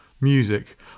music